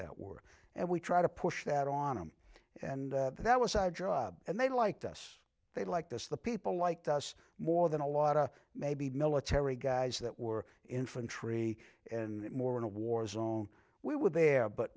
that were and we try to push that on him and that was our job and they liked us they like this the people liked us more than a lot of maybe military guys that were infantry in more in a war zone we were there but